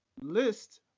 list